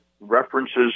references